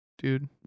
dude